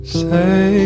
say